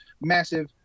massive